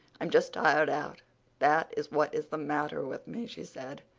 i'm just tired out that is what is the matter with me, she said,